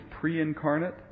pre-incarnate